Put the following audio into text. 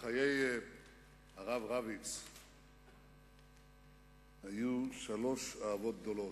בחיי הרב רביץ היו שלוש אהבות גדולות: